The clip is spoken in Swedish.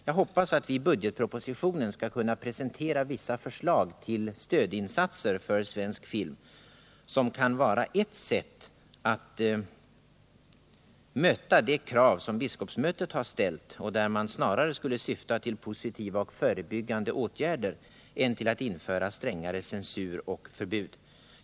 Jag hoppas också att vi i budgetpropositionen skall kunna presentera vissa förslag till stödinsatser för svensk film som kan vara ett sätt att möta de krav som biskopsmötet har ställt. De förslagen skulle snarare ha till syfte att vidta förebyggande och positiva åtgärder än till att införa strängare censur och förbud.